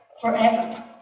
forever